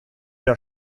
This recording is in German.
der